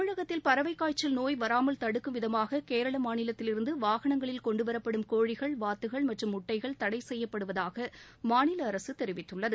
தமிழகத்தில் பறவைக்காய்ச்சல் நோய் வராமல் தடுக்கும்விதமாக கேரள மாநிலத்திலிருந்து வாகனங்களில் கொண்டுவரப்படும் கோழிகள் வாத்துகள் மற்றும் முட்டைகள் தடை செய்யப்படுவதாக மாநில அரசு தெரிவித்துள்ளது